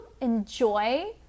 enjoy